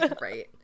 Right